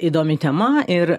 įdomi tema ir